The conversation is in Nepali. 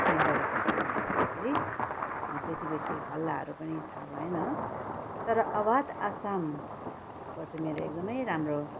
बुकिङ गरेको कारणले गर्दाखेरि त्यति बेसी हल्लाहरू पनि थाहा भएन तर अवात आसामको चाहिँ मेरो एकदमै राम्रो